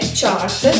chart